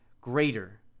greater